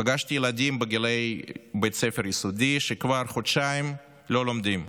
פגשתי ילדים בגילי בית ספר יסודי שכבר חודשיים לא לומדים.